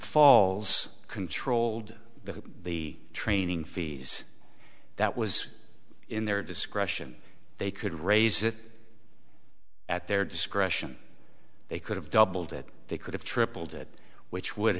falls controlled with the training fees that was in their discretion they could raise it at their discretion they could have doubled it they could have tripled it which would